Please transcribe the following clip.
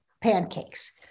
pancakes